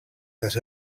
that